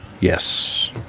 Yes